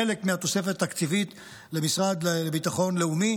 חלק מהתוספת התקציבית למשרד לביטחון לאומי